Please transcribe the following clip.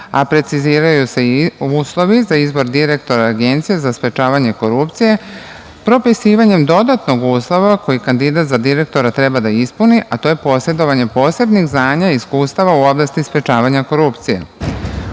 a preciziraju se i uslovi za izbor direktora Agencije za sprečavanje korupcije, propisivanje dodatnog uslova koji kandidat za direktora treba da ispuni, a to je posedovanje posebnih znanja i iskustava u oblasti sprečavanja korupcije.U